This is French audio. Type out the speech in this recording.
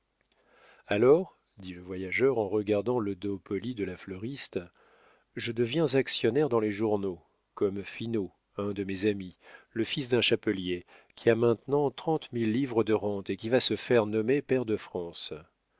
alors dit le voyageur en regardant le dos poli de la fleuriste je deviens actionnaire dans les journaux comme finot un de mes amis le fils d'un chapelier qui a maintenant trente mille livres de rente et qui va se faire nommer pair de france